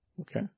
Okay